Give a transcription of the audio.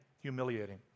humiliating